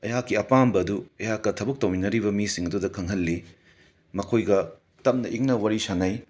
ꯑꯩꯍꯛꯀꯤ ꯑꯄꯥꯝꯕ ꯑꯗꯨ ꯑꯩꯍꯥꯛꯀ ꯊꯕꯛ ꯇꯧꯃꯤꯟꯅꯔꯤꯕ ꯃꯤꯁꯤꯡ ꯑꯗꯨꯗ ꯈꯪꯍꯜꯂꯤ ꯃꯈꯣꯏꯒ ꯇꯞꯅ ꯏꯪꯅ ꯋꯥꯔꯤ ꯁꯥꯟꯅꯩ